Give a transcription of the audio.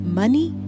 money